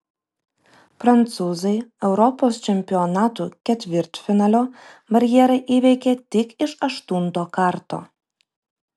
prancūzai europos čempionatų ketvirtfinalio barjerą įveikė tik iš aštunto karto